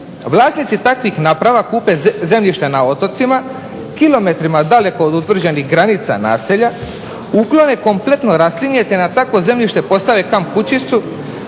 Vlasnici takvih naprava kupe zemljište na otocima kilometrima daleko od utvrđenih granica naselja, uklone kompletno raslinje, te na takvo zemljište postave kamp kućicu